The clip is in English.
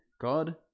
God